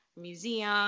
museum